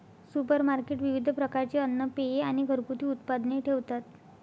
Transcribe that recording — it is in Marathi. सुपरमार्केट विविध प्रकारचे अन्न, पेये आणि घरगुती उत्पादने ठेवतात